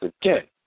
again